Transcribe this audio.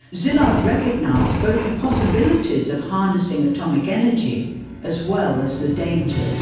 szilard recognised both the possibilities of harnessing atomic energy as well as the danger.